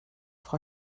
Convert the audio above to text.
frau